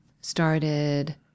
started